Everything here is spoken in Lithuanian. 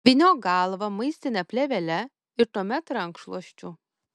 apvyniok galvą maistine plėvele ir tuomet rankšluosčiu